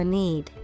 need